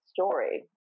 story